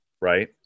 Right